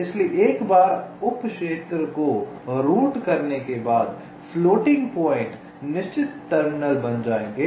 इसलिए एक बार इस उप क्षेत्र को रूट करने के बाद फ़्लोटिंग पॉइंट निश्चित टर्मिनल बन जाएंगे